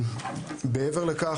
מעבר לכך,